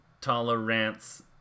tolerance